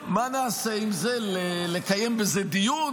מה נעשה עם זה, נקיים בזה דיון?